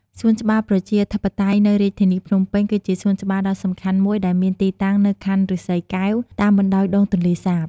សួនច្បារប្រជាធិបតេយ្យនៅរាជធានីភ្នំពេញ គឺជាសួនច្បារដ៏សំខាន់មួយដែលមានទីតាំងនៅខណ្ឌឫស្សីកែវ តាមបណ្តោយដងទន្លេសាប។